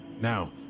Now